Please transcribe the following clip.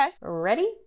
Ready